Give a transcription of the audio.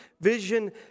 vision